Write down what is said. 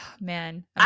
man